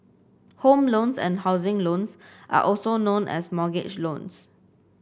home loans and housing loans are also known as mortgage loans